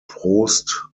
prost